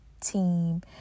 team